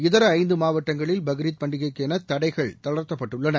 இதர ஐந்து மாவட்டங்களில் பக்ரீத் பண்டிகைக்கு என தடைகள் தளர்த்தப்பட்டுள்ளன